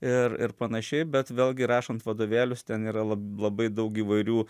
ir ir panašiai bet vėlgi rašant vadovėlius ten yra labai daug įvairių